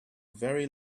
very